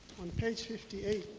on page fifty eight,